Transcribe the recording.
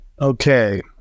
Okay